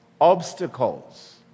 obstacles